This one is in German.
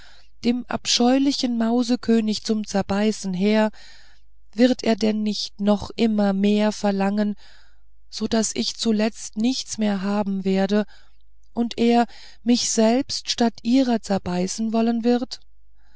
dem abscheulichen mausekönig zum zerbeißen her wird er denn nicht doch noch immer mehr verlangen so daß ich zuletzt nichts mehr haben werde und er gar mich selbst statt ihrer zerbeißen wollen wird